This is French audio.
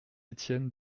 étienne